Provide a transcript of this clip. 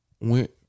Went